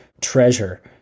treasure